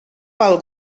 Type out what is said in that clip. pel